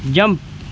jump